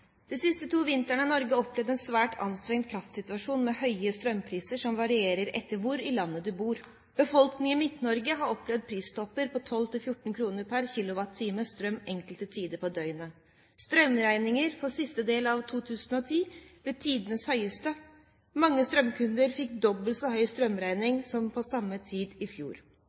De siste to vintrene har Norge opplevd en svært anstrengt kraftsituasjon med høye strømpriser som varierer etter hvor i landet man bor. Befolkningen i Midt-Norge har opplevd pristopper på 12–14 kr per kilowattime strøm enkelte tider på døgnet. Strømregningen for siste del av 2010 ble tidenes høyeste. Mange strømkunder fikk dobbelt så høy strømregning som på samme tid i fjor.